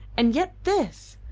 and yet this!